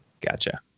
Gotcha